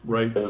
Right